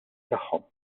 tagħhom